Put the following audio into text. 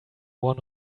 one